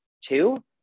two